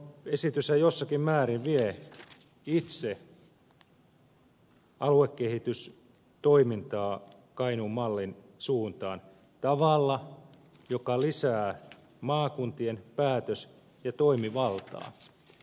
esityshän jossakin määrin vie itse aluekehitystoimintaa kainuun mallin suuntaan tavalla joka lisää maakuntien päätös ja toimivaltaa